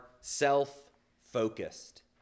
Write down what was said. self-focused